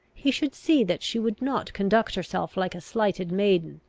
he should see that she would not conduct herself like a slighted maiden,